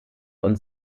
und